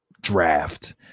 Draft